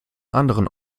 anderen